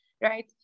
right